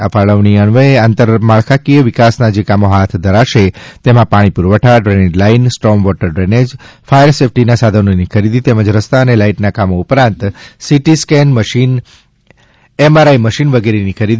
આ ફાળવણી અન્વયે આંતરમાળખાકીય વિકાસના જે કામો હાથ ધરાશે તેમાં પાણી પૂરવઠા drainage line storm water drainage fire સેફટીના સાધનોની ખરીદી તેમજ રસ્તા અને લાઇટના કામો ઉપરાંત city scan machine M I machine વગેરેની ખરીદી